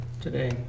today